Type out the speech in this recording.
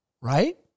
Right